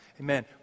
Amen